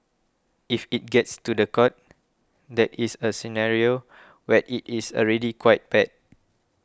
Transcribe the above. if it gets to the court that is a scenario where it is already quite bad